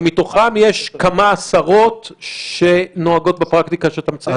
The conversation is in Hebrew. ומתוכם יש כמה עשרות שנוהגות בפרקטיקה שאתה מציין?